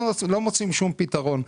לא מוצאים שום פתרון.